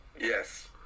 Yes